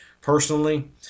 personally